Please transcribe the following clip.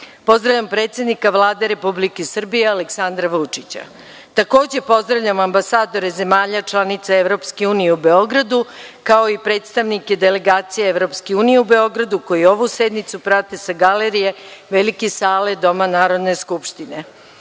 poslove. Pozdravljam predsednika Vlade Republike Srbije Aleksandra Vučića. Takođe, pozdravljam ambasadore zemalja članica Evropske unije u Beogradu, kao i predstavnike delegacije Evropske unije u Beogradu, koji ovu sednicu prate sa galerije Velike sale Doma Narodne skupštine. Sada